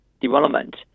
development